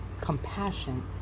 compassion